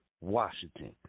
Washington